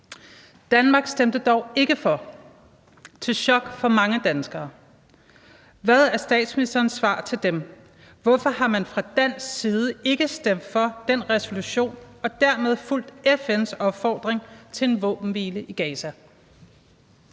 Danmark stemte dog til chok for mange danskere ikke for. Hvad er statsministerens svar til dem? Hvorfor har man fra dansk side ikke stemt for den resolution og dermed fulgt FN's opfordring til en våbenhvile i Gaza?